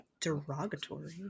derogatory